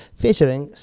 featuring